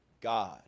God